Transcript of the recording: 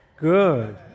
Good